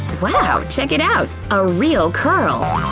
wow! check it out! a real curl!